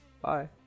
Bye